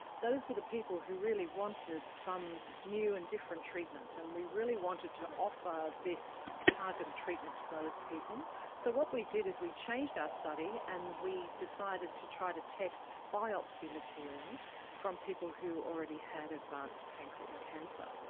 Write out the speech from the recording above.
those were the people who really wanted some new and different treatment, and we really wanted to offer this targeted treatment to those people. so what we did is we changed our study and we decided to try to test biopsy material from people who already had advanced pancreas cancer.